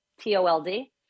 T-O-L-D